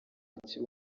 hakiri